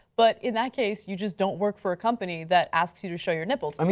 but in that case you just don't work for a company that asks you to show your nipples. i mean